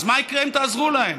אז מה יקרה אם תעזרו להם?